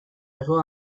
hego